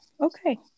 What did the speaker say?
okay